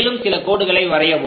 மேலும் சில கோடுகளை வரையவும்